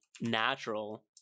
natural